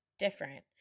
different